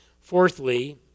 Fourthly